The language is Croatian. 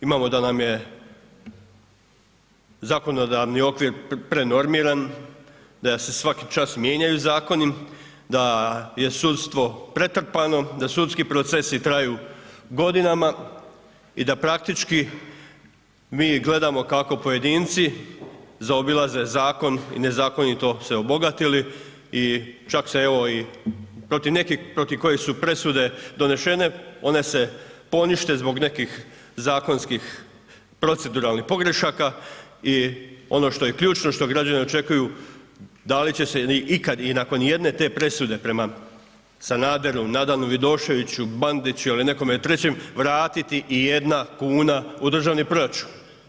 Imamo da nam je zakonodavni okvir prenormiran, da se svaki čas mijenjaju zakoni, da je sudstvo pretrpano, da sudski procesi traju godinama i da praktički mi gledamo kako pojedinci zaobilaze zakon i nezakonito se obogatili i čak se evo i protiv nekih protiv kojih su presude donesene, one se ponište zbog nekih zakonskih proceduralnih pogrešaka i ono što je ključno, što građani očekuju, da li će se ikada i nakon jedne te presude prema Sanaderu, Nadanu Vidoševiću, Bandiću ili nekome trećem vratiti i jedna kuna u državni proračun.